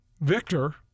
Victor